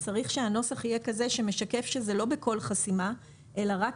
צריך שהנוסח יהיה כזה שמשקף שזה לא בכל חסימה אלא רק